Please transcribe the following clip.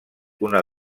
una